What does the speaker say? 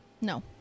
No